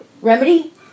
remedy